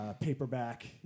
paperback